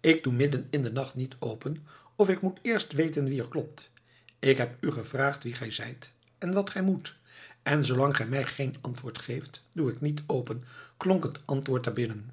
ik doe midden in den nacht niet open of ik moet eerst weten wie er klopt ik heb u gevraagd wie gij zijt en wat gij moet en zoolang ge mij geen antwoord geeft doe ik niet open klonk het antwoord daar binnen